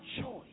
choice